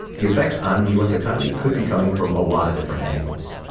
the effects on the u s. economy could be coming from a lot of different angles